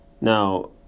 Now